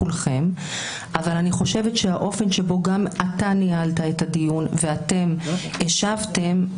אבל אני חושבת שהאופן שבו אתה ניהלת את הדיון ואתם השבתם,